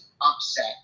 upset